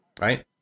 right